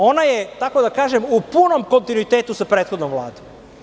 Ona je, kako da kažem, u punom kontinuitetu sa prethodnom Vladom.